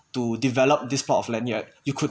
to develop this plot of land yet you could